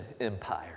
Empire